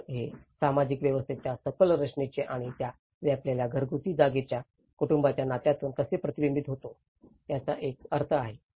घर हे सामाजिक व्यवस्थेच्या सखोल संरचनेचे आणि त्या व्यापलेल्या घरगुती जागेच्या कुटूंबाच्या नात्यातून कसे प्रतिबिंबित होते याचा एक अर्थ आहे